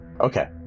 Okay